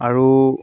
আৰু